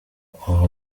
ubu